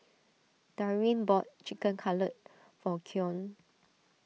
Darwyn bought Chicken Cutlet for Keon